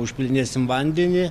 užpylinėsim vandenį